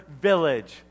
village